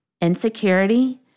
insecurity